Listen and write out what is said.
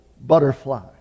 butterfly